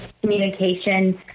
communications